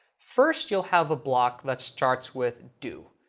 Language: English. first, you'll have a block that starts with do.